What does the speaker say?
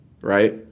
right